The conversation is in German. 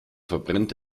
verbrennt